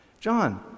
John